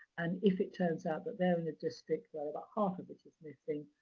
and if it turns out that they're in the district where about half of it is missing,